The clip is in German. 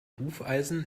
hufeisen